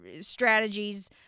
strategies